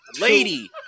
lady